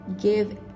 give